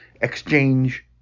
exchange